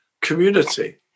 community